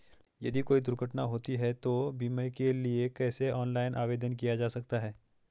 यदि कोई दुर्घटना होती है तो बीमे के लिए कैसे ऑनलाइन आवेदन किया जा सकता है?